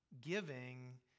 giving